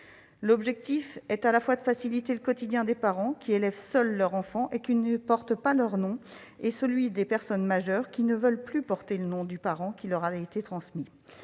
L'objectif est de faciliter à la fois le quotidien des parents qui élèvent seuls leur enfant qui ne porte pas leur nom et celui des personnes majeures qui ne veulent plus porter le nom du parent qui leur a été transmis,